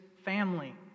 family